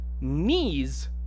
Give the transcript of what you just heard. knees